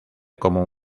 como